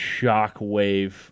shockwave